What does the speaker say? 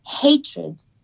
hatred